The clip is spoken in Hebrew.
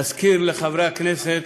להזכיר לחברי הכנסת